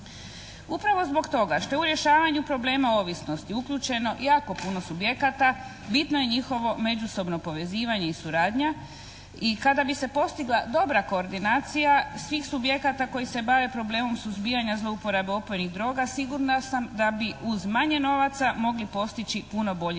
Upravo zbog toga što je u rješavanju problema ovisnosti uključeno jako puno subjekata bitno je njihovo međusobno povezivanje i suradnja i kada bi se postigla dobra koordinacija svih subjekata koji se bave problemom suzbijanja zlouporabe opojnih droga sigurna sam da bi uz manje novaca mogli postići puno bolji rezultat.